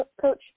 coach